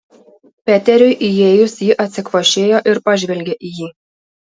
peteriui įėjus ji atsikvošėjo ir pažvelgė į jį